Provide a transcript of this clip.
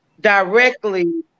directly